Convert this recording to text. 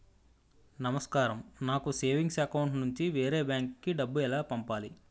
నమస్కారం నాకు savings account నుంచి వేరే బ్యాంక్ కి డబ్బు ఎలా పంపాలి?